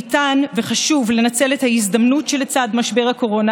ניתן וחשוב לנצל את ההזדמנות שלצד משבר הקורונה